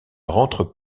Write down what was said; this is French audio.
rentre